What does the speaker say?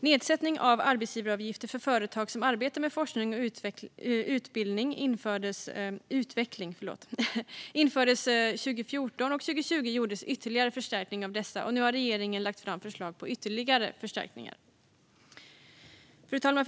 Nedsättning av arbetsgivaravgifter för företag som arbetar med forskning och utveckling infördes 2014, och 2020 gjordes en ytterligare förstärkning av dessa. Nu har regeringen lagt fram förslag på ytterligare förstärkningar. Fru talman!